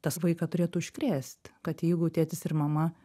tas vaiką turėtų užkrėst kad jeigu tėtis ir mama